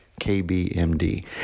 KBMD